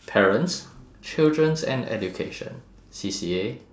parents children and education C_C_A